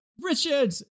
Richard